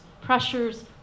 pressures